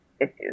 issues